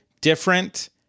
different